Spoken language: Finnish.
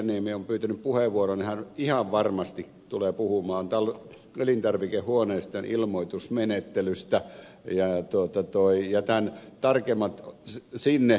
pihlajaniemi on pyytänyt puheenvuoron niin hän ihan varmasti tulee puhumaan elintarvikehuoneistojen ilmoitusmenettelystä jää tuotanto ei jättänyt tarkimmat sinne